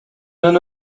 non